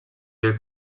del